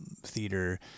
theater